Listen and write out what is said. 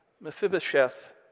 Mephibosheth